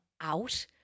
out